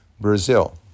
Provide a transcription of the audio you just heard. Brazil